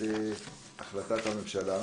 את החלטת הממשלה